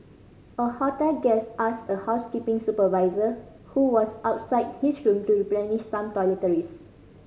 a hotel guest asked a housekeeping supervisor who was outside his room to replenish some toiletries